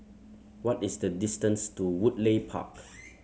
what is the distance to Woodleigh Park